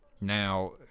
now